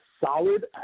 solid